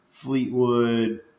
Fleetwood